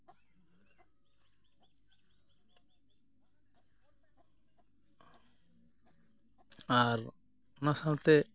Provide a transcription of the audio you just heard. ᱟᱨ ᱚᱱᱟ ᱥᱟᱶᱛᱮ